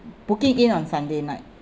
booking in on sunday night